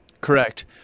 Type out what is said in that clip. Correct